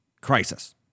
crisis